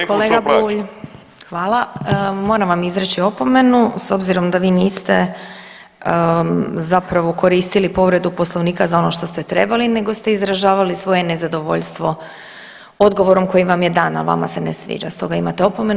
Kolega Bulj, hvala, moram vam izreći opomenu s obzirom da vi niste zapravo koristili povredu Poslovnika za ono što ste trebali nego ste izražavali svoje nezadovoljstvo odgovorom koji vam je dan, a vama se ne sviđa, stoga imate opomenu.